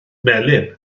melin